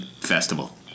festival